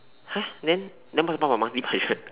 !huh! then then what's the point of monthly budget